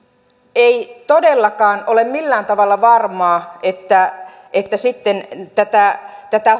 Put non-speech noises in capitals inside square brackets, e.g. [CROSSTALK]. ei todellakaan ole millään tavalla varmaa että sitten tätä tätä [UNINTELLIGIBLE]